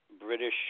British